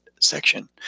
section